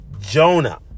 Jonah